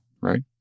Right